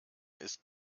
ist